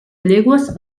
llegües